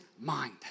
mind